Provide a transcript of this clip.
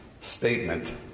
statement